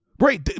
Right